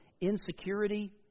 Insecurity